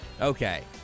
Okay